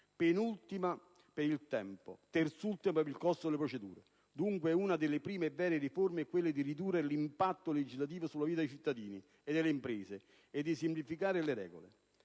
penultima per il tempo, terzultima per il costo delle procedure. Dunque, una delle prime e vere riforme è quella di ridurre l'impatto legislativo sulla vita dei cittadini e delle imprese e di semplificare le regole.